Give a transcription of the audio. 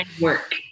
work